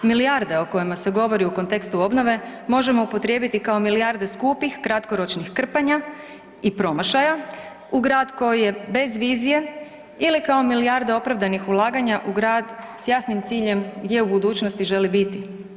Milijarde o kojima se govori u kontekstu obnove možemo upotrijebiti kao milijarde skupih kratkoročnih krpanja i promašaja u grad koji je bez vizije ili kao milijarda opravdanih ulaganja u grad s jasnim ciljem gdje u budućnosti želi biti.